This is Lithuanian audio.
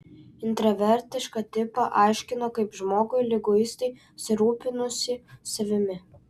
intravertišką tipą aiškino kaip žmogų liguistai susirūpinusį savimi